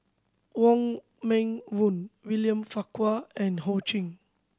Wong Meng Voon William Farquhar and Ho Ching